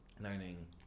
learning